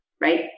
Right